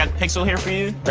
and pixel here for you.